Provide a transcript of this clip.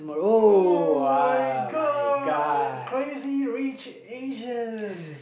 oh-my-god Crazy Rich Asian